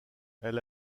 elle